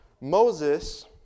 Moses